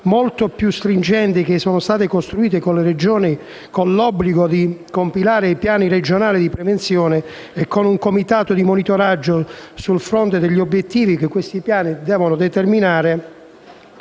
molto più stringenti che sono state costruite con le Regioni, prevede l'obbligo di compilare i piani regionali di prevenzione con un comitato di monitoraggio sul fronte degli obiettivi che si devono determinare.